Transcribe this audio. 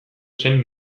zen